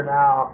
now